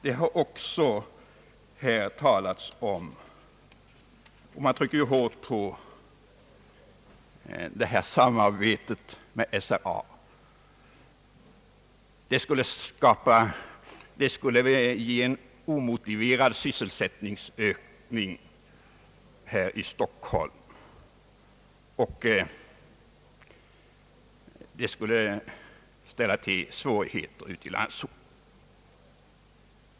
Man har också tryckt hårt på samarbetet med SRA — det skulle skapa en omotiverad sysselsättningsökning här i Stockholm och föra till problem ute i landsorten.